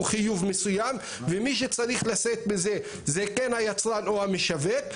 חיוב מסוים ומי שצריך לשאת בזה זה כן היצרן או המשווק.